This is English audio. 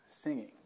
singing